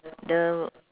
the